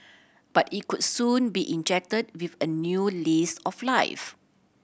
but it could soon be injected with a new lease of life